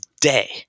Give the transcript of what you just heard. day